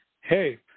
Hey